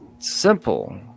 Simple